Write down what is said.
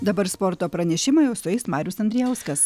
dabar sporto pranešimai visais marius andrijauskas